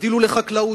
תגדילו לחקלאות,